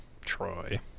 Troy